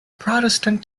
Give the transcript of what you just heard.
protestant